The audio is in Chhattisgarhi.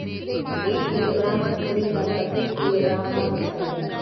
एक किलोग्राम कुकरी ह कतेक किलोग्राम म बेचाथे?